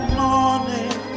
morning